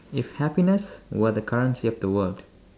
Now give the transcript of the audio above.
if happiness were the currency of the world